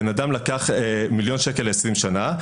בן אדם לקח מיליון שקל ל-20 שנה,